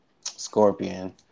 Scorpion